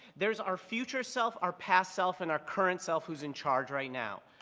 there's our future-self, our past-self, and our current-self who's in charge right now.